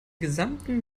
gesamten